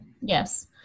Yes